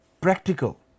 practical